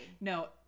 No